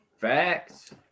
facts